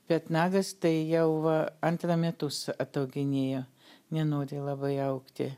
bet nagas tai jau va antra metus atauginėja nenori labai augti